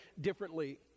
differently